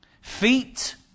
Feet